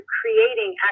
creating